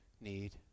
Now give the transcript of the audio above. need